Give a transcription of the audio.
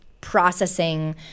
processing